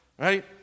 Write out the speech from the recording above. right